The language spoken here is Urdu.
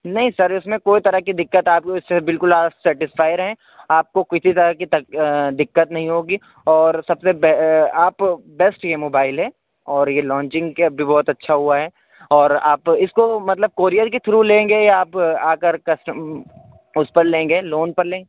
نہیں سر اس میں کوئی طرح کی دقت آپ اس سے بالکل آپ سیٹسفائی رہیں آپ کو کسی طرح کی دقت نہیں ہوگی اور سب سے آپ بیسٹ یہ موبائل ہے اور یہ لانچنگ کے اب بھی بہت اچھا ہوا ہے اور آپ اس کو مطلب کوریئر کے تھرو لیں گے یا آپ آ کر کسٹم اس پر لیں گے لون پر لیں